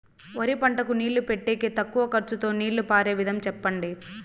వరి పంటకు నీళ్లు పెట్టేకి తక్కువ ఖర్చుతో నీళ్లు పారే విధం చెప్పండి?